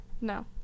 No